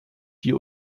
die